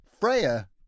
Freya